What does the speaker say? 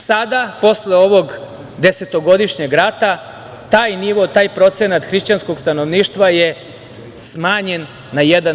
Sada, posle ovog desetogodišnjeg rata, taj nivo, taj procenat hrišćanskog stanovništva je smanjen na 1%